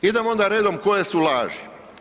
Idemo onda redom koje su laži.